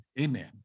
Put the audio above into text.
amen